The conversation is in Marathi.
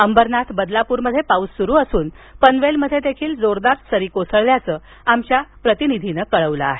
अंबरनाथ बदलापूरमध्ये पाऊस सुरू असून पनवेलमध्ये देखील जोरदार सरी कोसळल्याचं आमच्या प्रतिनिधीने कळवलं आहे